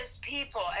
people